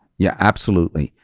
yeah, absolutely.